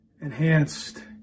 enhanced